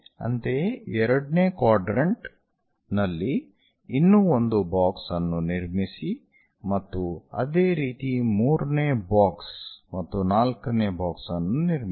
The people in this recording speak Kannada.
ಅಂತೆಯೇ ಎರಡನೇ ಕ್ವಾಡ್ರೆಂಟ್ ನಲ್ಲಿ ಇನ್ನೂ ಒಂದು ಬಾಕ್ಸ್ ಅನ್ನು ನಿರ್ಮಿಸಿ ಮತ್ತು ಅದೇ ರೀತಿ 3 ನೇ ಬಾಕ್ಸ್ ಮತ್ತು 4 ನೇ ಬಾಕ್ಸ್ ಅನ್ನು ನಿರ್ಮಿಸಿ